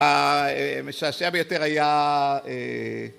‫המשעשע ביותר היה...